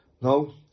No